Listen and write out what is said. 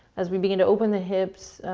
as we begin to open the hips,